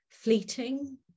fleeting